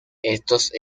estos